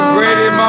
Grady